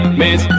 miss